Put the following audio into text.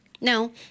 No